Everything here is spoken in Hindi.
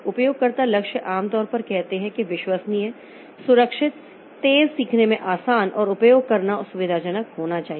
उपयोगकर्ता लक्ष्य आम तौर पर कहते हैं कि विश्वसनीय सुरक्षित तेज़ सीखने में आसान और उपयोग करना सुविधाजनक होना चाहिए